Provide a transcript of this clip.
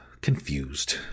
confused